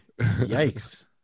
Yikes